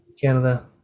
canada